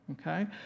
okay